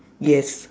yes